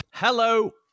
hello